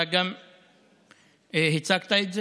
גם אתה הצגת את זה.